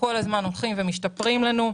שכל הזמן הולכים ומשתפרים לנו,